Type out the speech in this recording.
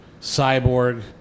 Cyborg